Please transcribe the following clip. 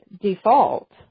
default